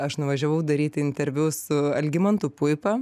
aš nuvažiavau daryti interviu su algimantu puipa